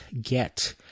get